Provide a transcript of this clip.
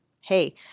hey